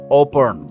open